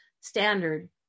standard